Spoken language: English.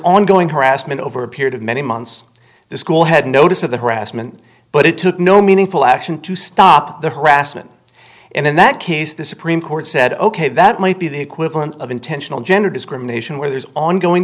ongoing harassment over a period of many months the school had notice of the harassment but it took no meaningful action to stop the harassment and in that case the supreme court said ok that might be the equivalent of intentional gender discrimination where there's ongoing